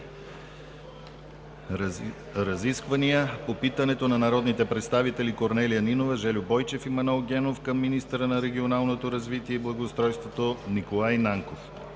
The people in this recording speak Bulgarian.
Разисквания по питане от народните представители Корнелия Нинова, Жельо Бойчев и Манол Генов към министъра на регионалното развитие и благоустройството Николай Нанков